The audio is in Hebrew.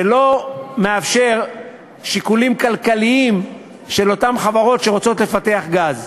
שלא מאפשר שיקולים כלכליים של אותן חברות שרוצות לפתח גז.